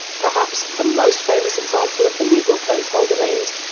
perhaps the most famous example of the legal placeholder names,